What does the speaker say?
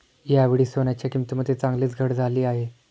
यावेळी सोन्याच्या किंमतीमध्ये चांगलीच घट झाली आहे